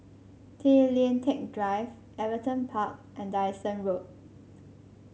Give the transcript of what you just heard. Tay Lian Teck Drive Everton Park and Dyson Road